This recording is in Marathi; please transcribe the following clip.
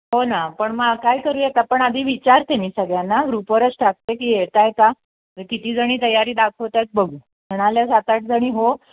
हो ना पण मग काय करूयात आपण आधी विचारते मी सगळ्यांना ग्रुपवरच टाकते की येत आहे का कितीजणी तयारी दाखवतात बघू म्हणाल्या सात आठजणी हो